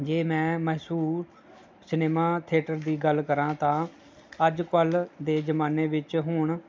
ਜੇ ਮੈਂ ਮਸ਼ਹੂਰ ਸਿਨੇਮਾ ਥੀਏਟਰ ਦੀ ਗੱਲ ਕਰਾਂ ਤਾਂ ਅੱਜ ਕੱਲ੍ਹ ਦੇ ਜ਼ਮਾਨੇ ਵਿੱਚ ਹੁਣ